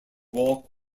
walk